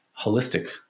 holistic